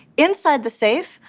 inside the safe,